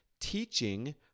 teaching